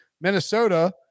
Minnesota